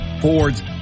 Fords